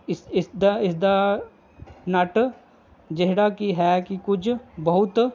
ਇਸ ਇਸਦਾ ਇਸਦਾ ਨੱਟ ਜਿਹੜਾ ਕਿ ਹੈ ਕਿ ਕੁਝ ਬਹੁਤ